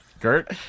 Gert